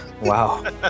Wow